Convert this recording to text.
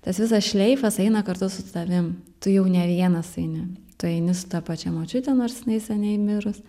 tas visas šleifas eina kartu su tavim tu jau ne vienas eini tu eini su ta pačia močiute nors jinai seniai mirus